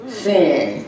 sin